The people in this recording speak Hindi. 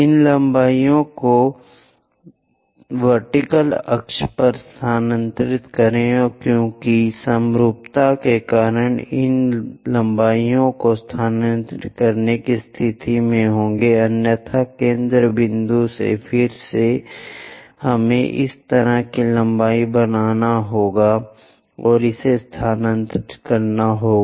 इन लंबाई को ऊर्ध्वाधर अक्ष पर स्थानांतरित करें क्योंकि समरूपता के कारण हम इन लंबाई को स्थानांतरित करने की स्थिति में होंगे अन्यथा केंद्र बिंदु से फिर से हमें इस तरह की लंबाई बनाना होगा और इसे स्थानांतरित करना होगा